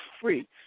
free